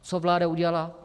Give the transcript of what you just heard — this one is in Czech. Co vláda udělala?